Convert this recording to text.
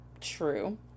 True